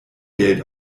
geld